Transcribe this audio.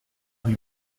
rue